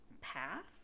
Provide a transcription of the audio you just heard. path